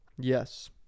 Yes